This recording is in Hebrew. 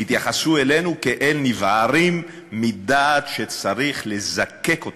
התייחסו אלינו כאל נבערים מדעת שצריך לזקק אותם.